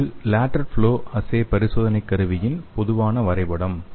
இது lateral flow assay பரிசோதனைக்கருவியின் பொதுவான வரைபடம்